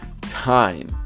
time